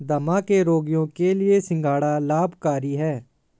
दमा के रोगियों के लिए सिंघाड़ा लाभकारी है